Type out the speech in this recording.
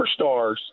superstars